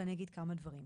ואגיד כמה דברים: